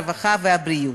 הרווחה והבריאות.